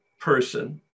person